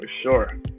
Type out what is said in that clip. sure